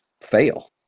fail